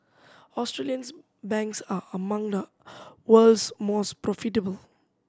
Australia's banks are among the world's most profitable